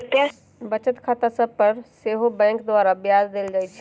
बचत खता सभ पर सेहो बैंक द्वारा ब्याज देल जाइ छइ